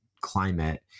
climate